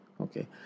Okay